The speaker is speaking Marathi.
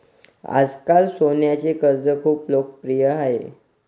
आजकाल सोन्याचे कर्ज खूप लोकप्रिय आहे